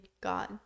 God